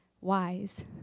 Wise